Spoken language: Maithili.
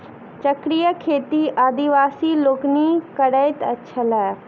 चक्रीय खेती आदिवासी लोकनि करैत छलाह